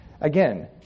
Again